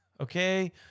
okay